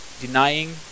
denying